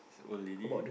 is old lady